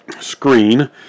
screen